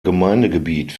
gemeindegebiet